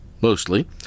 mostly